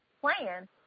plan